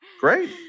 Great